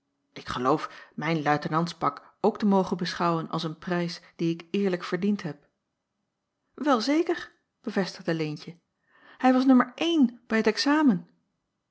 ik geloof mijn luitenantspak ook te mogen beschouwen als een prijs dien ik eerlijk verdiend heb wel zeker bevestigde leentje hij was nummer een bij t examen